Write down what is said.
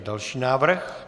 Další návrh.